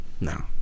No